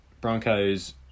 Broncos